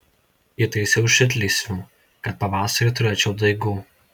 įtaisiau šiltlysvių kad pavasarį turėčiau daigų